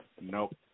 Nope